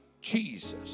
Jesus